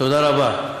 תודה רבה.